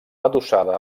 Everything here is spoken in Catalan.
adossada